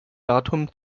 datum